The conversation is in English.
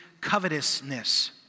covetousness